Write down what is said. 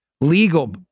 legal